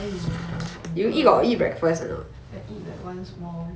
!aiyo! 很饿 I eat like one small